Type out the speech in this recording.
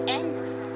angry